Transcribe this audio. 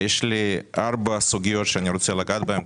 יש לי ארבע סוגיות שאני רוצה לגעת בהן.